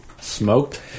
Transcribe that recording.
Smoked